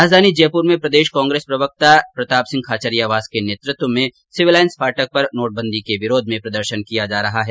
राजधानी जयप्र में प्रदेश कांग्रेस प्रवक्ता प्रतापसिंह खांचरियावास के नेतृत्व में सिविल लाइन्स फाटक पर नोटबंदी के विरोध में प्रदर्शन किया जा रहा है